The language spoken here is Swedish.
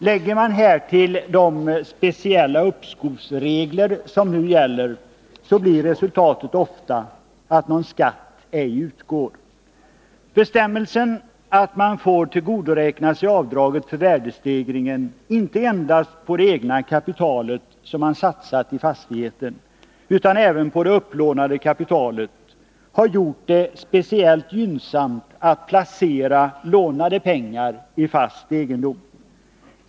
Lägger man härtill de speciella uppskovsregler som nu gäller blir resultatet ofta att någon skatt ej utgår. Bestämmelsen att man får göra avdrag för värdestegringen inte endast på det egna kapital som man satsat i fastigheten utan även på det upplånade kapitalet har gjort det speciellt gynnsamt att placera lånade pengar i fast egendom.